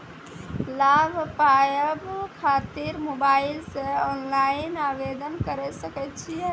लाभ पाबय खातिर मोबाइल से ऑनलाइन आवेदन करें सकय छियै?